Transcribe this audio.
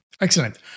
Excellent